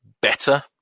better